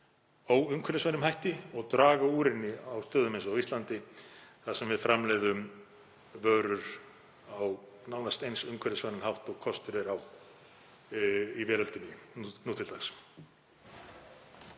óumhverfisvænum hætti og draga úr henni á stöðum eins og á Íslandi þar sem við framleiðum vörur á nánast eins umhverfisvænan hátt og kostur er á í veröldinni nú til dags.